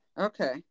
Okay